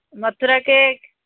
Mathura cake